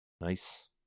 nice